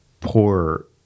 poor